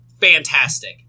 fantastic